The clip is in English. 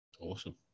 Awesome